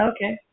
Okay